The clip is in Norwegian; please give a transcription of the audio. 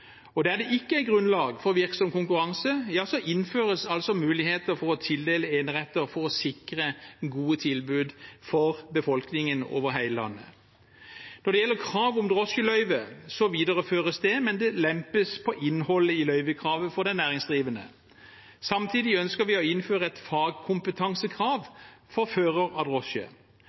Og der det ikke er grunnlag for virksom konkurranse, innføres altså muligheter for å tildele eneretter for å sikre gode tilbud for befolkningen over hele landet. Når det gjelder krav om drosjeløyve, videreføres det, men det lempes på innholdet i løyvekravet for den næringsdrivende. Samtidig ønsker vi å innføre et fagkompetansekrav for førere av drosje,